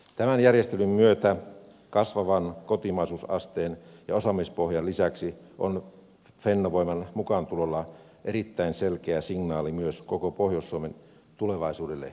tämän järjestelyn myötä kasvavan kotimaisuusasteen ja osaamispohjan lisäksi fortumin mukaantulo on erittäin selkeä signaali koko pohjois suomen tulevaisuudelle ja kasvulle